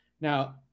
now